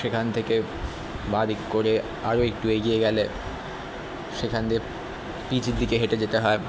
সেখান থেকে বাঁ দিক করে আরো একটু এগিয়ে গেলে সেখান দিয়ে পিজি দিকে হেঁটে যেতে হয়